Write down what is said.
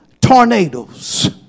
tornadoes